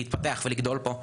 להתפתח ולחיות פה,